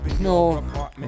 No